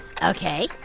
Okay